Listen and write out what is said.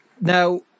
now